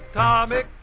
atomic